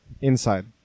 Inside